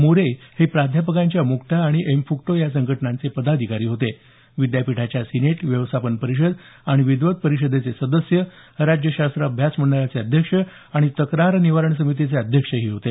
मोरे हे प्राध्यापकांच्या मुक्टा आणि एमफ़क्टो या संघटनांचे पदाधिकारी होते तसंच विद्यापीठाच्या सिनेट व्यवस्थापन परिषद आणि विद्वत परिषदेचे सदस्य राज्यशास्त्र अभ्यास मंडळाचे अध्यक्ष आणि तक्रार निवारण समितीचे अध्यक्ष होते